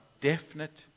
definite